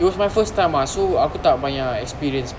it was my first time ah so aku tak banyak experience